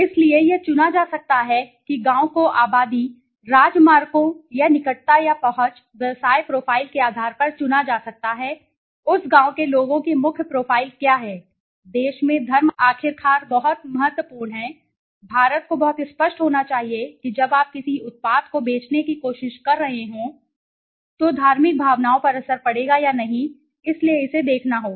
इसलिए यह चुना जा सकता है कि गांवों को आबादी राजमार्गों या निकटता या पहुंच व्यवसाय प्रोफ़ाइल के आधार पर चुना जा सकता है उस गांव के लोगों की मुख्य प्रोफ़ाइल क्या है देश में धर्म आखिरकार बहुत महत्वपूर्ण है भारत को बहुत स्पष्ट होना चाहिए जब आप किसी उत्पाद को बेचने की कोशिश कर रहे हों तो धार्मिक भावनाओं पर असर पड़ेगा या नहीं इसलिए इसे देखना होगा